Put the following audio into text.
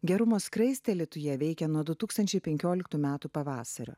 gerumo skraistė alytuje veikia nuo du tūkstančiai penkioliktų metų pavasario